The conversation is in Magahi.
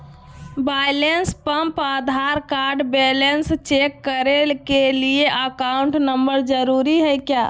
Balance pump Aadhaar card balance check करने के लिए अकाउंट नंबर जरूरी है क्या?